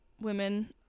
women